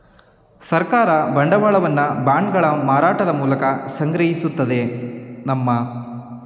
ಸರ್ಕಾರ ಬಂಡವಾಳವನ್ನು ಬಾಂಡ್ಗಳ ಮಾರಾಟದ ಮೂಲಕ ಸಂಗ್ರಹಿಸುತ್ತದೆ ನಮ್ಮ